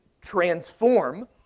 transform